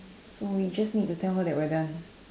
so we just need to tell her that we're done